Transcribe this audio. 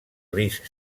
risc